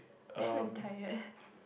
are you very tired